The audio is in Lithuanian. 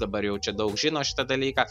dabar jau čia daug žino šitą dalyką